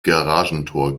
garagentor